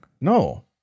No